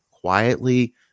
quietly